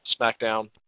SmackDown